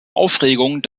aufregung